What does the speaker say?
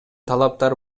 талаптар